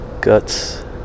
guts